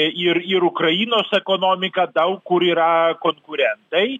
ir ir ukrainos ekonomika daug kur yra konkurentai